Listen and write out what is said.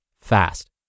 fast